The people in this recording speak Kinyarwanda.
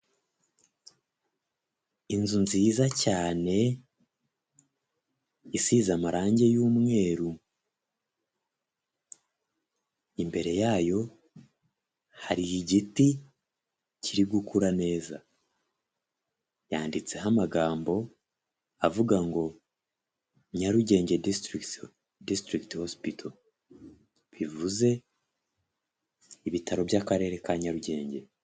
Inzu nziza cyane isize amarangi y'umweru, imbere yayo hari igiti kiri gukura neza, yanditseho amagambo avuga ngo Nyarugenge disitirigiti hosipito bivuze ibitaro by'akarere ka Nyarugenge.